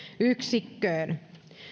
yksikköön